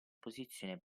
posizione